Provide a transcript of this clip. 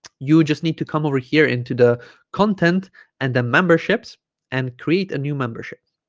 you just need to come over here into the content and the memberships and create a new membership